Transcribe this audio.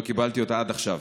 לא קיבלתי אותה עד עכשיו.